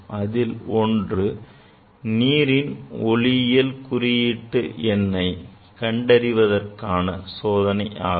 அதில் ஒன்று நீரின் ஒளிவிலகல் குறியீட்டு எண்ணை கண்டறிவதற்கான சோதனை ஆகும்